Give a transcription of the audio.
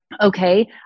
okay